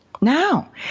Now